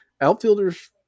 outfielders